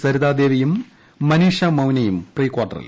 സരിതാദേവിയും മനീഷ മൌനയും പ്രീ കാർട്ടറിൽ